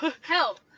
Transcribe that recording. Help